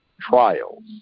trials